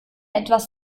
etwas